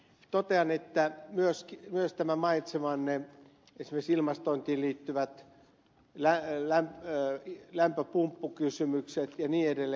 totean että myös esimerkiksi mainitsemanne ilmastointiin liittyvät lämpöpumppukysymykset ja niin edelleen